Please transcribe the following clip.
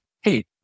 hey